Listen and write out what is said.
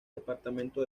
departamento